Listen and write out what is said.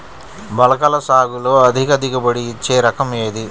మొలకల సాగులో అధిక దిగుబడి ఇచ్చే రకం ఏది?